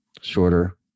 shorter